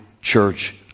church